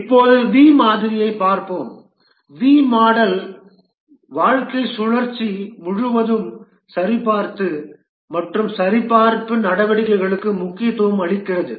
இப்போது வி மாதிரியைப் பார்ப்போம் வி மாடல் வாழ்க்கைச் சுழற்சி முழுவதும் சரிபார்ப்பு மற்றும் சரிபார்ப்பு நடவடிக்கைகளுக்கு முக்கியத்துவம் அளிக்கிறது